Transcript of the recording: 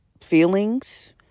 feelings